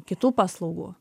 kitų paslaugų